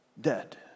dead